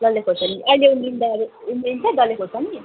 डल्ले खोर्सानी अहिले उम्रिन्छ उम्रिन्छ डल्ले खोर्सानी